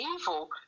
evil